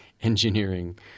engineering